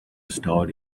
starred